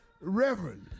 Reverend